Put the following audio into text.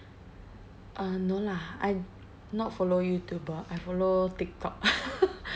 uh no lah I not follow youtuber I follow TikTok